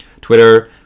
Twitter